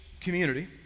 community